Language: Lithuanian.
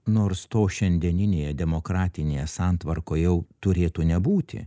nors to šiandieninėje demokratinėje santvarkoj jau turėtų nebūti